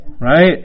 right